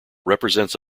represents